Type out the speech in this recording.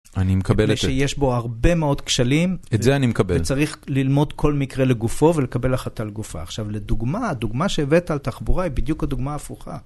בגלל שיש בו הרבה מאוד כשלים. את זה אני מקבל. וצריך ללמוד כל מקרה לגופו ולקבל החטא על גופה. עכשיו לדוגמה, הדוגמה שהבאת על תחבורה היא בדיוק הדוגמה ההפוכה.